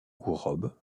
robe